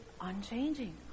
unchanging